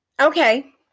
Okay